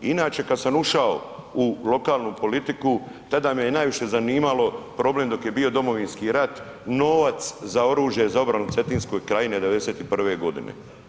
Inače kada sam ušao u lokalnu politiku tada me je najviše zanimalo problem dok je bio Domovinski rat novac za oružje za obranu Cetinske krajine '91. godine.